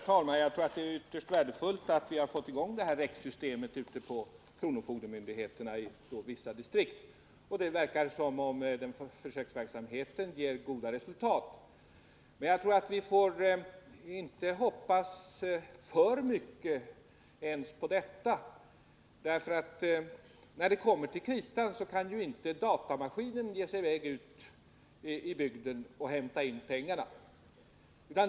Herr talman! Det är ytterst värdefullt att vi har fått i gång REX-systemet ute på kronofogdemyndigheterna i vissa distrikt. Det verkar ju som om försöksverksamheten ger goda resultat. Men vi får nog inte hoppas för mycket ens på detta, för när det kommer till kritan kan ju inte datamaskinen ge sig i väg ut i bygderna och hämta in pengarna.